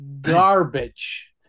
garbage